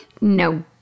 No